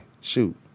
Shoot